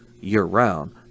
year-round